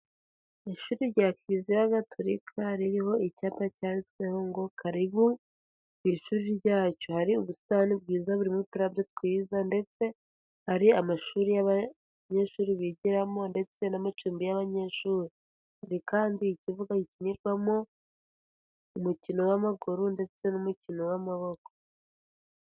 Ishuri rya kiliziya gatolika ririho icyapa cyanditsweho ngo karibu ku ishuri ryacu. Hari ubusitani bwiza burimo uturabyo twiza ndetse hari amashuri y'abanyeshuri bigiramo ndetse n'amacumbi y'abanyeshuri. Hari kandi ikibuga gikinirwamo umukino w'amaguru ndetse n'umukino w'amaboko.